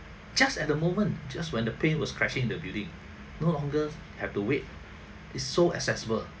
just at the moment just when the plane was crashing the building no longer have to wait is so accessible